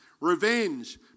revenge